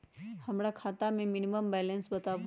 हमरा खाता में मिनिमम बैलेंस बताहु?